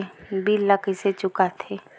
bill ला कइसे चुका थे